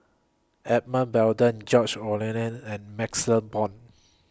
Edmund Blundell George Oehlers and MaxLe Blond